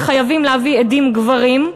אלא חייבים להביא עדים גברים,